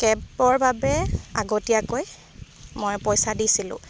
কেবৰ বাবে আগতীয়াকৈ মই পইচা দিছিলোঁ